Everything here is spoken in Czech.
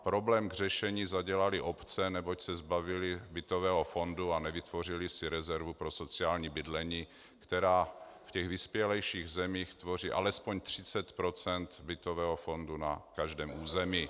Problém k řešení zadělaly obce, neboť se zbavily bytového fondu a nevytvořily si rezervu pro sociální bydlení, která ve vyspělejších zemích tvoří alespoň 30 % bytového fondu na každém území.